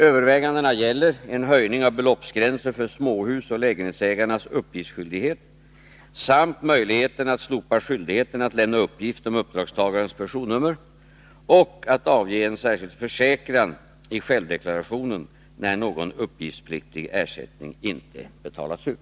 Övervägandena gäller en höjning av beloppsgränsen för småhusoch lägenhetsägarnas uppgiftsskyldighet samt möjligheten att slopa skyldigheten att lämna uppgift om uppdragstagarens personnummer och att avge en särskild försäkran i självdeklarationen när någon uppgiftspliktig ersättning inte betalats ut.